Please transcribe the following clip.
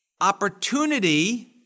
opportunity